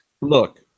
look